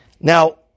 Now